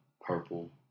Purple